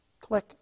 Click